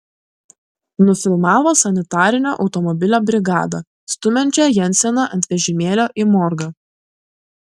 nufilmavo sanitarinio automobilio brigadą stumiančią jenseną ant vežimėlio į morgą